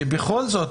שבכל זאת,